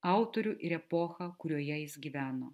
autorių ir epochą kurioje jis gyveno